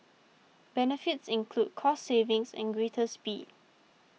benefits include cost savings and greater speed